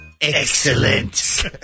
Excellent